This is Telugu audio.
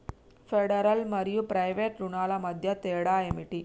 ఫెడరల్ మరియు ప్రైవేట్ రుణాల మధ్య తేడా ఏమిటి?